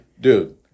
Dude